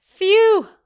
Phew